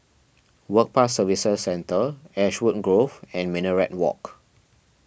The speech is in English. Work Pass Services Centre Ashwood Grove and Minaret Walk